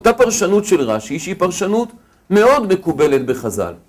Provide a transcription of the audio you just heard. אותה פרשנות של רש"י שהיא פרשנות מאוד מקובלת בחזל.